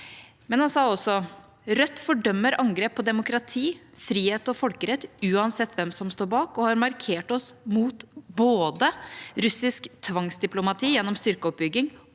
men han sa også: «Rødt fordømmer angrep på demokrati, frihet og folkerett uansett hvem som står bak, og har markert oss mot både russisk tvangsdiplomati gjennom styrkeoppbygging